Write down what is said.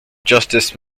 justice